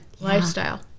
lifestyle